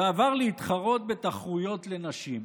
ועבר להתחרות בתחרויות לנשים.